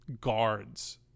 guards